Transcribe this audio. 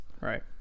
right